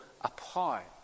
apart